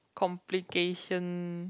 complication